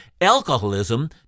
alcoholism